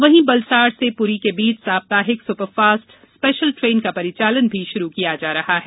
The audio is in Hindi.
वहीं बलसाड़ से पुरी के बीच साप्ताहिक सुपरफास्ट स्पेशल ट्रेन का परिचालन भी शुरू किया जा रहा है